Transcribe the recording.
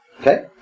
Okay